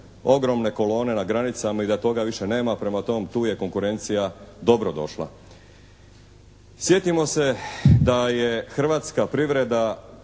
ogromne kolone na granicama i da tog više nema. Prema tome, tu je konkurencija dobro došla. Sjetimo se da je hrvatska privreda,